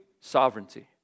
sovereignty